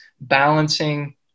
balancing